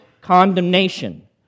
condemnation